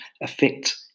affect